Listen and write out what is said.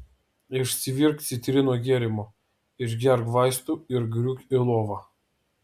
išsivirk citrinų gėrimo išgerk vaistų ir griūk į lovą